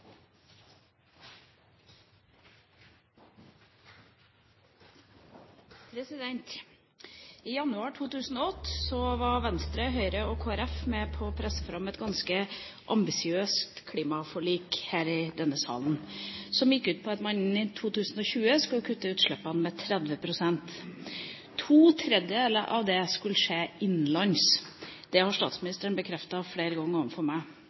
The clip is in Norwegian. I januar 2008 var Venstre, Høyre og Kristelig Folkeparti med på å presse fram et ganske ambisiøst klimaforlik her i denne salen, som gikk ut på at man i 2020 skulle kutte utslippene med 30 pst. To tredjedeler av det skulle skje innenlands. Det har statsministeren bekreftet flere ganger overfor meg.